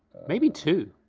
maybe two,